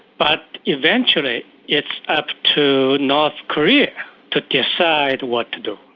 but eventually it's up to north korea to decide what to do.